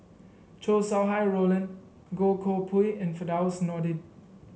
Chow Sau Hai Roland Goh Koh Pui and Firdaus Nordin